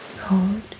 Hold